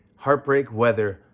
heartbreak weather,